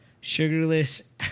sugarless